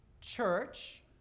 church